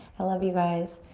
i love you guys.